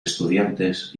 estudiantes